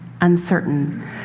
uncertain